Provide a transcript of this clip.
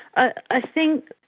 ah i think